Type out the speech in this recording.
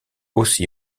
aussi